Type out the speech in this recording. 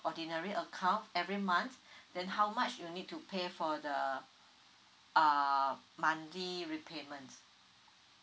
ordinary account every month then how much you need to pay for the uh monthly repayment